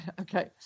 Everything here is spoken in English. Okay